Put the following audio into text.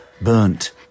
burnt